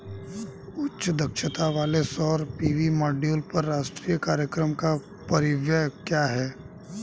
उच्च दक्षता वाले सौर पी.वी मॉड्यूल पर राष्ट्रीय कार्यक्रम का परिव्यय क्या है?